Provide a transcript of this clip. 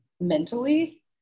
mentally